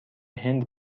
هند